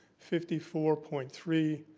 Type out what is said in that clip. fifty four point three,